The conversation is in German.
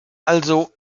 also